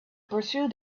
pursue